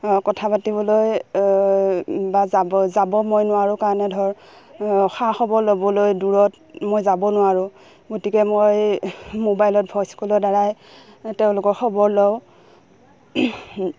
কথা পাতিবলৈ বা যাব যাব মই নোৱাৰোঁ কাৰণে ধৰ খা খবৰ ল'বলৈ দূৰত মই যাব নোৱাৰোঁ গতিকে মই মোবাইলত ভইচ কলৰদ্বাৰাই তেওঁলোকৰ খবৰ লওঁ